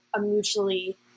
mutually